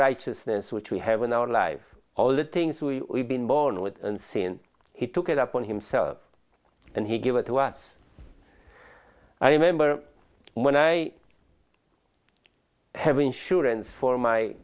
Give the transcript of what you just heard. righteousness which we have in our lives all the things we have been born with and since he took it upon himself and he gave it to us i remember when i have insurance for my